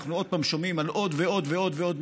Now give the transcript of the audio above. אנחנו עוד פעם שומעים על עוד ועוד מקרים,